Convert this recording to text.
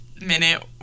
minute